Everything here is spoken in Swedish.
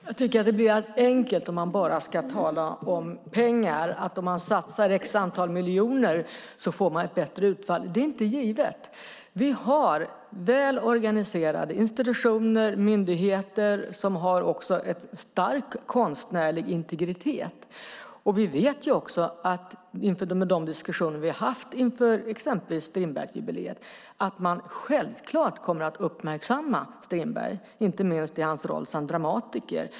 Fru talman! Jag tycker att det blir väldigt enkelt om man bara ska tala om pengar. Om man satsar ett visst antal miljoner får man ett bättre utfall. Det är inte givet. Vi har väl organiserade institutioner och myndigheter som också har en stark konstnärlig integritet. Vi vet också genom de diskussioner vi har haft inför exempelvis Strindbergsjubileet att man självklart kommer att uppmärksamma Strindberg, inte minst i hans roll som dramatiker.